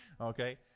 okay